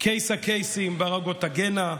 קייס הקייסים ברקו טגניה,